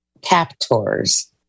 Captors